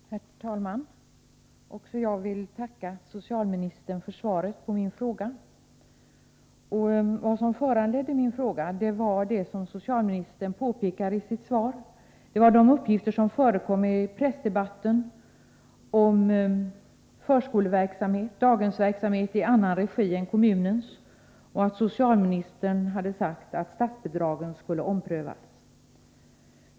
Herr talman! Också jag vill tacka socialministern för svaret på min fråga. Vad som föranledde min fråga var det som socialministern påpekar i sitt svar, nämligen de uppgifter som förekom i pressdebatten om förskoleverksamhet, daghemsverksamhet, i annan regi än kommunens och att socialministern hade sagt att statsbidragen skulle omprövas.